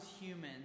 humans